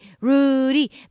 Rudy